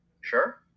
sure